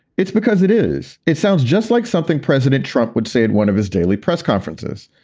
it's because it is it sounds just like something president trump would say in one of his daily press conferences.